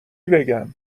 بگم